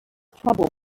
trouble